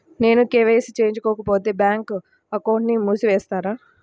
నేను కే.వై.సి చేయించుకోకపోతే బ్యాంక్ అకౌంట్ను మూసివేస్తారా?